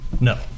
No